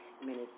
Minutes